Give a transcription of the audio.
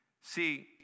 See